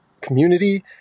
community